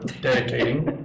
dedicating